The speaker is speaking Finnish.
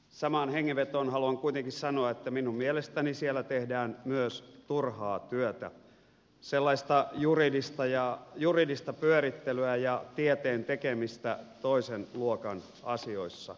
samaan hengenvetoon haluan kuitenkin sanoa että minun mielestäni siellä tehdään myös turhaa työtä sellaista juridista pyörittelyä ja tieteen tekemistä toisen luokan asioissa